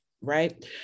right